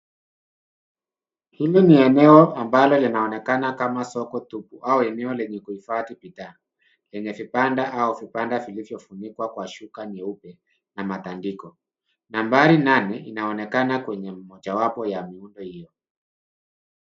Hili ni eneo ambalo linaonekana kama soko tupu au eneo lenye kuhifadhi bidhaa enye kitanda au kipanda kilicho funikwa kwa shuka nyeupe na matandiko. Nambari nane inaonekana kwenye mojawapo wa muundo huo.